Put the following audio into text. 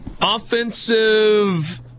Offensive